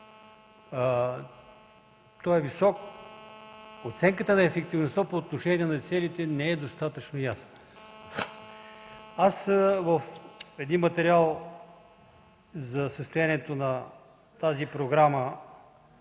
е висок, оценката на ефективността по отношение на целите не е достатъчно ясна. В един материал за състоянието на тази програма